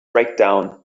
breakdown